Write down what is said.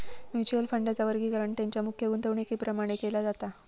mutual फंडांचा वर्गीकरण तेंच्या मुख्य गुंतवणुकीप्रमाण केला जाता